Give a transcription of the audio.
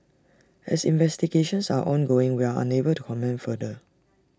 as investigations are ongoing we are unable to comment further